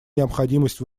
необходимость